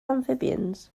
amphibians